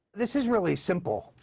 this is really simple.